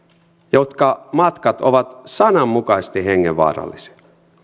jotka matkat ovat sananmukaisesti hengenvaarallisia